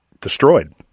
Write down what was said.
destroyed